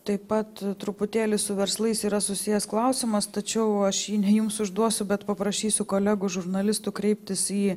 taip pat truputėlį su verslais yra susijęs klausimas tačiau aš jums užduosiu bet paprašysiu kolegų žurnalistų kreiptis į